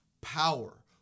power